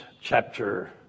Chapter